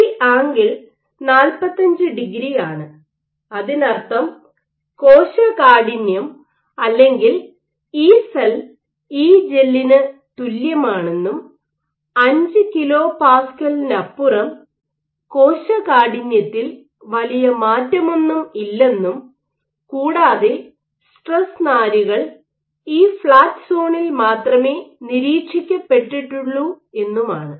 ഈ angle 45 degree ആണ് അതിനർത്ഥം കോശകാഠിന്യം അല്ലെങ്കിൽ ഇസെൽ ഇജെല്ലിന് തുല്യമാണെന്നും 5 കെപിഎയ്ക്കപ്പുറം കോശകാഠിന്യത്തിൽ വലിയ മാറ്റമൊന്നും ഇല്ലെന്നും കൂടാതെ സ്ട്രെസ് നാരുകൾ ഈ ഫ്ലാറ്റ് സോണിൽ മാത്രമേ നിരീക്ഷിക്കപ്പെട്ടിട്ടുള്ളൂ എന്നുമാണ്